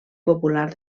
popular